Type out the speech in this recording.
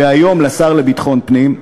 והיום לשר לביטחון פנים.